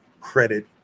credit